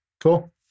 Cool